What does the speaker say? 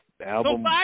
album